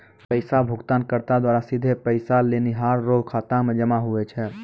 पैसा भुगतानकर्ता द्वारा सीधे पैसा लेनिहार रो खाता मे जमा हुवै छै